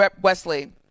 Wesley